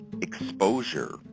exposure